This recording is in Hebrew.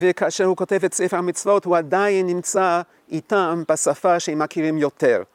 וכאשר הוא כותב את ספר המצוות הוא עדיין נמצא איתם בשפה שהם מכירים יותר.